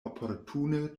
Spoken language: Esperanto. oportune